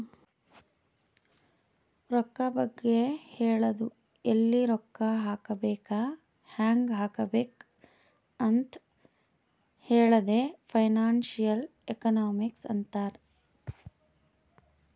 ರೊಕ್ಕಾ ಬಗ್ಗೆ ಹೇಳದು ಎಲ್ಲಿ ರೊಕ್ಕಾ ಹಾಕಬೇಕ ಹ್ಯಾಂಗ್ ಹಾಕಬೇಕ್ ಅಂತ್ ಹೇಳದೆ ಫೈನಾನ್ಸಿಯಲ್ ಎಕನಾಮಿಕ್ಸ್ ಅಂತಾರ್